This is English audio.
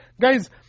Guys